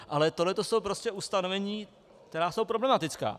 Ale tohleto jsou ustanovení, která jsou problematická.